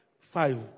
Five